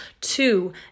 Two